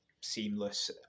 seamless